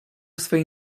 swej